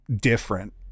different